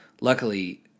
luckily